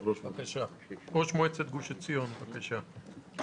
ראש מועצת גוש עציון, בבקשה.